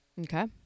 Okay